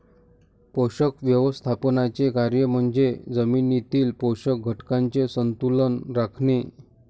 पोषक व्यवस्थापनाचे कार्य म्हणजे जमिनीतील पोषक घटकांचे संतुलन राखणे